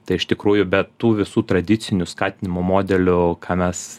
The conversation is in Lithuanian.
tai iš tikrųjų be tų visų tradicinių skatinimo modelių ką mes